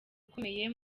ukomeye